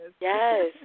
Yes